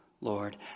Lord